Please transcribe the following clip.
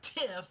Tiff